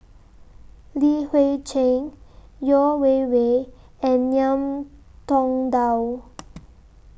Li Hui Cheng Yeo Wei Wei and Ngiam Tong Dow